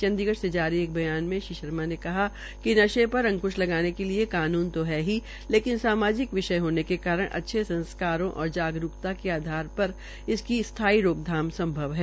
चंडीगढ़ से जारी एक बयान में श्री शर्मा ने कहा कि नशे पर अंकृश लगाने के लिए कानून तो हैं लेकिन एक सामाजिक विषय होने के कारण अच्छे संस्कारों और जागरूकता के आधार पर ही इसकी स्थाई रोकथाम संभव है